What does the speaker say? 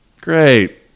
great